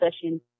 session